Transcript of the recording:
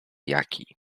jaki